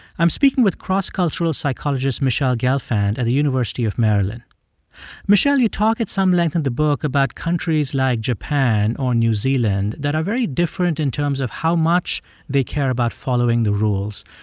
i'm speaking with cross-cultural psychologist michele gelfand at the university of maryland michele, you talk at some length in the book about countries like japan or new zealand that are very different in terms of how much they care about following the rules.